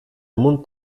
mund